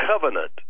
covenant